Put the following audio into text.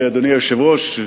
אדוני היושב-ראש,